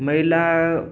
महिला